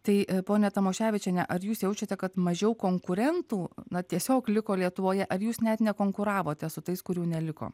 tai ponia tamoševičiene ar jūs jaučiate kad mažiau konkurentų na tiesiog liko lietuvoje ar jūs net nekonkuravote su tais kurių neliko